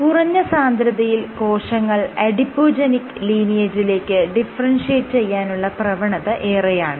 കുറഞ്ഞ സാന്ദ്രതയിൽ കോശങ്ങൾ അഡിപോജെനിക് ലീനിയേജിലേക്ക് ഡിഫറെൻഷിയേറ്റ് ചെയ്യാനുള്ള പ്രവണത ഏറെയാണ്